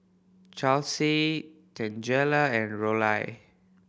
Charlsie Tangela and Rollie